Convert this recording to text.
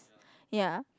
yea